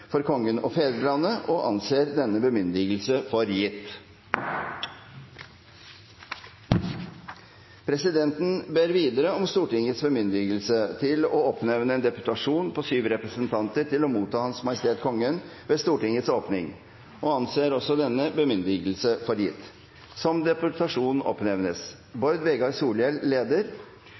for Kongen og fedrelandet – og anser denne bemyndigelse for gitt. Presidenten ber videre om Stortingets bemyndigelse til å oppnevne en deputasjon på syv representanter til å motta Hans Majestet Kongen ved Stortingets åpning – og anser også denne bemyndigelse for gitt. Som deputasjon oppnevnes representantene Bård Vegar Solhjell, leder,